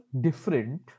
different